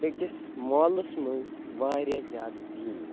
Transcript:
أکِس مالس منٛز واریاہ زیادٕ بیٖڑ